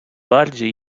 bardziej